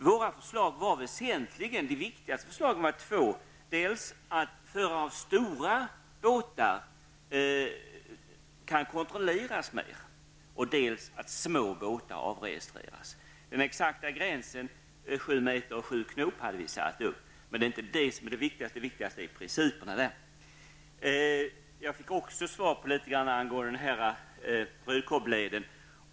Vi har väsentligen två förslag, dels att stora båtar skall kontrolleras mer, dels att små båtar avregistreras. Vi hade satt upp den exakta gränsen 7 meter och 7 knop. Men det är inte det som är det viktigaste. Det viktigaste är principerna. Jag fick också svar angående Rödkobbsleden.